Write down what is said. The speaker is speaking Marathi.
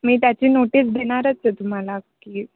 मी त्याची नोटीस देणारच आहे तुम्हाला की